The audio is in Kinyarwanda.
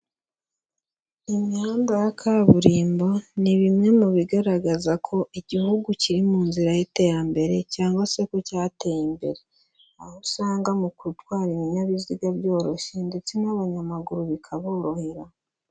Imihanda ya kaburimbo, ni bimwe mu bigaragaza ko igihugu kiri mu nzira y'iterambere cyangwa se ko cyateye imbere, aho usanga mu gutwara ibinyabiziga byoroshye ndetse n'abanyamaguru bikaborohera.